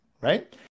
right